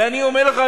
ואני אומר לך,